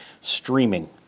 streaming